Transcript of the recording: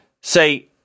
say